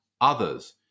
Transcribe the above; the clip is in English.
others